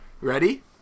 Ready